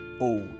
old